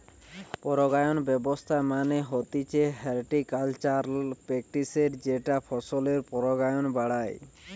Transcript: পরাগায়ন ব্যবস্থা মানে হতিছে হর্টিকালচারাল প্র্যাকটিসের যেটা ফসলের পরাগায়ন বাড়ায়